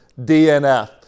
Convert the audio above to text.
DNF